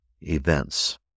events